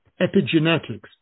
epigenetics